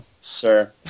Sir